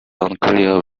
unclear